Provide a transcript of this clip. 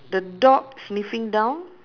the dog sniffing down